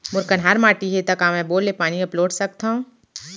मोर कन्हार माटी हे, त का मैं बोर ले पानी अपलोड सकथव?